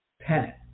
pennant